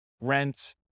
rent